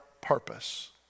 purpose